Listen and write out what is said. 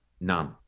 None